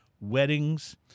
weddings